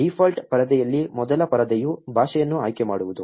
default ಪರದೆಯಲ್ಲಿ ಮೊದಲ ಪರದೆಯು ಭಾಷೆಯನ್ನು ಆಯ್ಕೆ ಮಾಡುವುದು